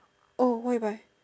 oh what you buy